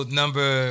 number